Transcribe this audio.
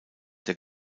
der